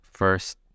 first